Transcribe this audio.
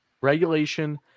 regulation